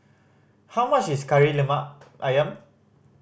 how much is Kari Lemak Ayam